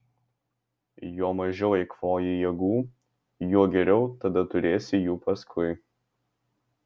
juo mažiau eikvoji jėgų juo geriau tada turėsi jų paskui